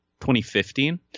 2015